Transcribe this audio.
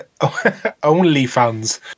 OnlyFans